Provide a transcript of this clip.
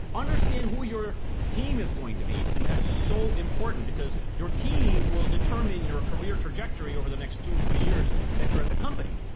understand who your team is going to be, and that is so important because your team will determine your career trajectory over the next two or three years that you're at the company.